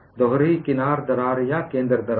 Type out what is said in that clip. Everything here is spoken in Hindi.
दोहरी किनार दरार या केंद्र दरार